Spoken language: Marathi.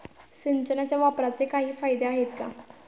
सिंचनाच्या वापराचे काही फायदे आहेत का?